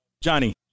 Johnny